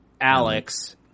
Alex